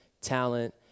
talent